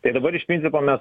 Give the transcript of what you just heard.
tai dabar iš principo mes